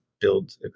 build